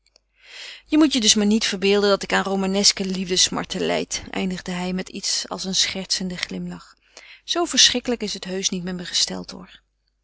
je moet je dus maar niet verbeelden dat ik aan romaneske liefdesmarten lijd eindigde hij met iets als een schertsenden glimlach zoo verschrikkelijk is het heusch niet met me gesteld hoor